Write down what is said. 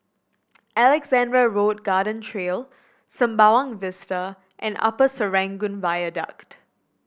Alexandra Road Garden Trail Sembawang Vista and Upper Serangoon Viaduct